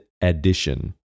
addition